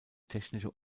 technische